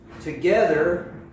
Together